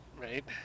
right